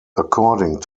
according